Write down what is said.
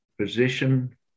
position